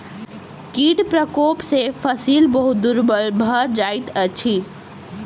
कीट प्रकोप सॅ फसिल बहुत दुर्बल भ जाइत अछि